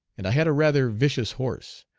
and i had a rather vicious horse,